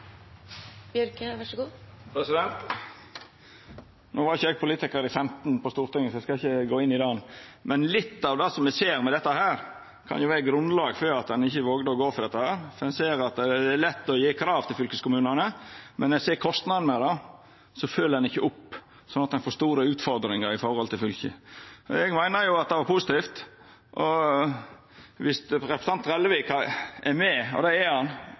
i 2015, så det skal eg ikkje gå inn i. Men litt av det me ser her, kan vera grunnlag for at ein ikkje våga å gå inn for dette. For ein ser at det er lett å setja krav til fylkeskommunane, men når ein ser kostnaden med det, følgjer ein ikkje opp, slik at ein får store utfordringar når det gjeld fylka. Eg meiner det er positivt viss representanten Trellevik er med – og det er han